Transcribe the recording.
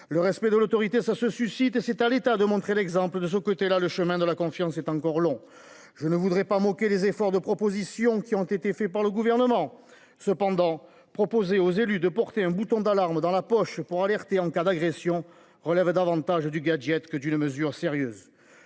Le respect de l’autorité se suscite. C’est à l’État de montrer l’exemple. De ce côté là, le chemin de la confiance est encore long. Je ne voudrais pas moquer les efforts de proposition qui ont été faits par le Gouvernement. Cependant, proposer aux élus de porter un bouton d’alarme dans la poche pour alerter en cas d’agression relève davantage du gadget que d’une mesure sérieuse.